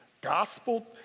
Gospel